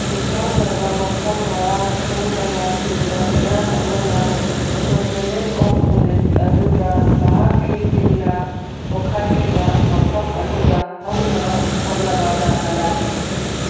ꯈꯣꯏꯁꯥꯎꯅꯔꯕ ꯃꯐꯝ ꯃꯔꯥꯡ ꯈꯪꯗꯅ ꯇꯤꯟꯕ ꯃꯤꯌꯥꯝ ꯑꯃꯅ ꯁꯨꯄꯔꯇꯦꯟꯗꯦꯟ ꯑꯣꯐ ꯄꯨꯂꯤꯁ ꯑꯗꯨꯗ ꯃꯍꯥꯛꯀꯤ ꯇꯤꯝꯅ ꯄꯣꯛꯈꯥꯏꯈꯤꯕ ꯃꯐꯝ ꯑꯗꯨꯗ ꯍꯧꯅꯕ ꯍꯣꯠꯅꯕꯗ ꯂꯟꯗꯥꯈꯤ